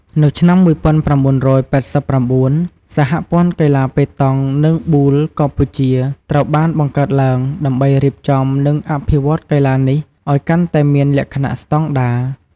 នៅឆ្នាំ ១៩៨៩ សហព័ន្ធកីឡាប៉េតង់ និងប៊ូលកម្ពុជាត្រូវបានបង្កើតឡើង ដើម្បីរៀបចំ និងអភិវឌ្ឍកីឡានេះឱ្យកាន់តែមានលក្ខណៈស្តង់ដារ។